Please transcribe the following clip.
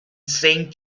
saint